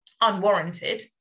unwarranted